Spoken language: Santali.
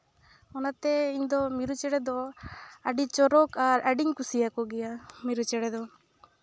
ᱚᱱᱟᱛᱮ ᱤᱧ ᱫᱚ ᱢᱤᱨᱩ ᱪᱮᱬᱮ ᱫᱚ ᱟᱹᱰᱤ ᱪᱚᱨᱚᱠ ᱟᱨ ᱟᱹᱰᱤᱧ ᱠᱩᱥᱤᱭᱟᱠᱚ ᱜᱮᱭᱟ ᱢᱤᱨᱩ ᱪᱮᱬᱮ ᱫᱚ